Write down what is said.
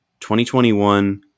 2021